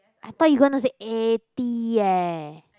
I thought you gonna say eighty eh